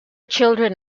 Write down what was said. children